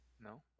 No